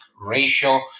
ratio